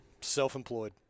Self-employed